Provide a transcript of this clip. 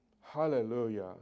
hallelujah